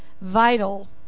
vital